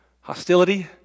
hostility